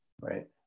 Right